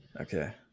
Okay